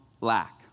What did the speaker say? lack